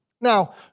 Now